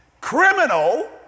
criminal